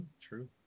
true